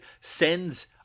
sends